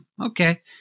okay